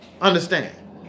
Understand